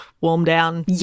warm-down